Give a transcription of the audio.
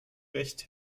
recht